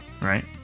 right